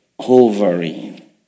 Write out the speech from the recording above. hovering